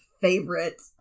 favorite